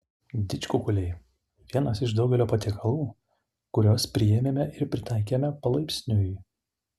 didžkukuliai vienas iš daugelio patiekalų kuriuos priėmėme ir pritaikėme palaipsniui